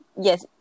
yes